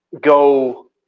go